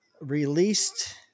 released